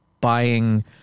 buying –